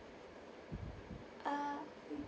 uh mm